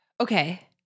Okay